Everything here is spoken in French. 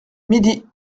midi